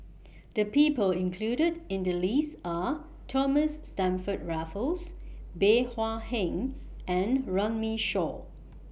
The People included in The list Are Thomas Stamford Raffles Bey Hua Heng and Runme Shaw